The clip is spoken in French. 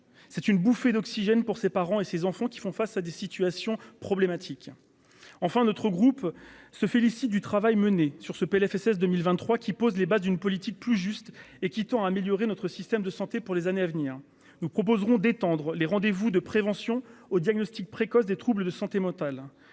c'est une bouffée d'oxygène pour ses parents et ses enfants qui font face à des situations problématiques enfin notre groupe se félicite du travail mené sur ce PLFSS 2023 qui pose les bases d'une politique plus juste et qui tend à améliorer notre système de santé pour les années à venir, nous proposerons détendre les rendez-vous de prévention au diagnostic précoce des troubles de santé mentale,